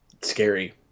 Scary